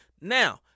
Now